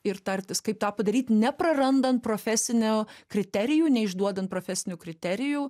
ir tartis kaip tą padaryt neprarandant profesinių kriterijų neišduodant profesinių kriterijų